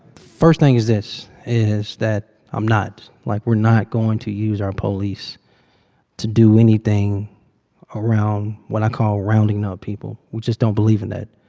first thing is this is that i'm not. like, we're not going to use our police to do anything around what i call rounding up people. we just don't believe in that.